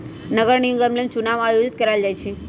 नगर निगम लेल चुनाओ आयोजित करायल जाइ छइ